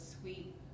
sweet